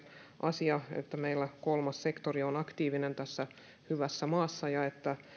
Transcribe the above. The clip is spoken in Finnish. asia että meillä kolmas sektori on aktiivinen tässä hyvässä maassa ja että